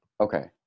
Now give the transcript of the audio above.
Okay